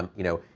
you know,